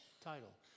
title